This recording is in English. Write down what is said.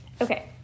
Okay